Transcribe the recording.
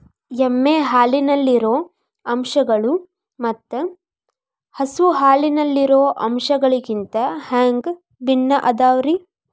ಎಮ್ಮೆ ಹಾಲಿನಲ್ಲಿರೋ ಅಂಶಗಳು ಮತ್ತ ಹಸು ಹಾಲಿನಲ್ಲಿರೋ ಅಂಶಗಳಿಗಿಂತ ಹ್ಯಾಂಗ ಭಿನ್ನ ಅದಾವ್ರಿ?